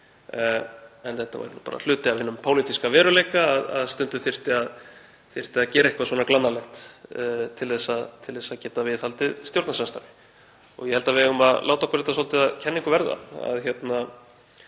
en það væri bara hluti af hinum pólitíska veruleika að stundum þyrfti að gera eitthvað glannalegt til að viðhalda stjórnarsamstarfi. Ég held að við ættum að láta okkur þetta svolítið að kenningu verða,